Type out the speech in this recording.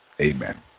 Amen